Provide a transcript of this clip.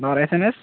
اور S M S